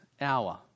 hour